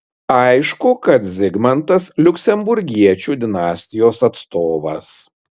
aišku kad zigmantas liuksemburgiečių dinastijos atstovas